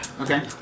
Okay